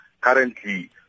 Currently